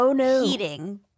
heating